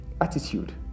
Attitude